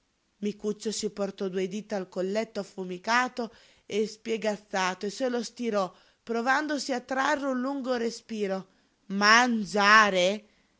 piatto micuccio si portò due dita al colletto affumicato e spiegazzato e se lo stirò provandosi a trarre un lungo respiro mangiare